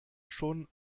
schon